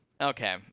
okay